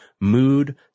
Mood